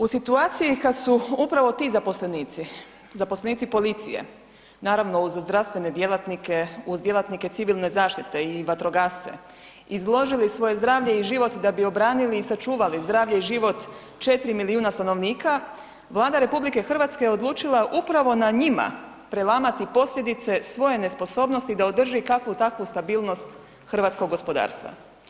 U situaciji kad su upravo ti zaposlenici, zaposlenici policije i naravno uz zdravstvene djelatnike, uz djelatnike civilne zaštite i vatrogasce, izložili svoje zdravlje i život da bi obranili i sačuvali zdravlje i život 4 milijuna stanovnika, Vlada RH je odlučila upravo na njima prelamati posljedice svoje nesposobnosti da održi kakvu takvu stabilnost hrvatskog gospodarstva.